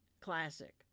classic